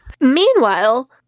Meanwhile